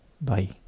bye